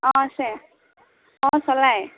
অঁ আছে অঁ চলায়